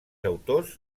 autors